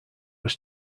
was